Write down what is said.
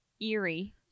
eerie